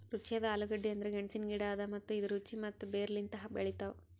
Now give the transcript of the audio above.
ರುಚಿಯಾದ ಆಲೂಗಡ್ಡಿ ಅಂದುರ್ ಗೆಣಸಿನ ಗಿಡ ಅದಾ ಮತ್ತ ಇದು ರುಚಿ ಮತ್ತ ಬೇರ್ ಲಿಂತ್ ಬೆಳಿತಾವ್